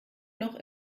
noch